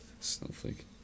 Snowflake